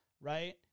Right